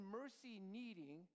mercy-needing